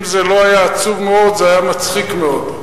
זה לא היה עצוב מאוד זה היה מצחיק מאוד.